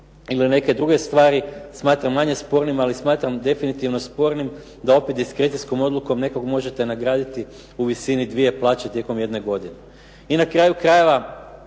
ili neke druge stvar, smatram manje spornim ali smatram definitivno spornim da opet diskrecijskom odlukom nekog možete nagraditi u visini dvije plaće tijekom jedne godine. I na kraju krajeva